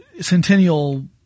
centennial –